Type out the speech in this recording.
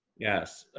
yes,